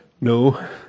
No